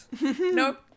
Nope